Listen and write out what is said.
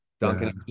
Duncan